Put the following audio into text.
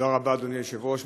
תודה רבה, אדוני היושב-ראש.